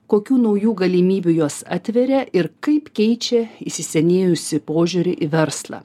kokių naujų galimybių jos atveria ir kaip keičia įsisenėjusį požiūrį į verslą